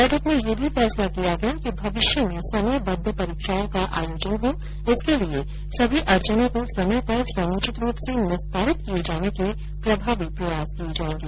बैठक में ये भी फैसला लिया गया कि भविष्य में समयबद्ध परीक्षाओं का आयोजन हो इसके लिये सभी अड़चनों को समय पर समुचित रूप से निस्तारित किये जाने के प्रभावी प्रयास किये जाएंगें